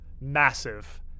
Massive